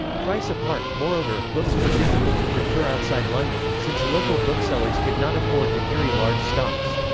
price apart, moreover, books were difficult to procure outside london, since local booksellers could not afford to carry large stocks.